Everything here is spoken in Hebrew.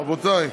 רבותי,